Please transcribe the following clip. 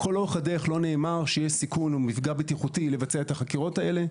לכל אורך הדרך לא נאמר שיש סיכון או מפגע בטיחותי לבצע את החקירות האלה,